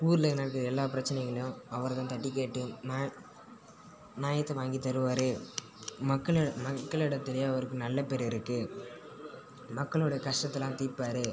ஊரில் நடக்கிற எல்லா பிரச்சனைகளையும் அவர்தான் தட்டிக் கேட்டு ஞா ஞாயத்தை வாங்கித் தருவார் மக்கள் மக்கள் இடத்துலே அவருக்கு ஒரு நல்ல பேர் இருக்கு மக்களோட கஷ்டத்தல்லாம் தீர்ப்பாரு